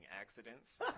accidents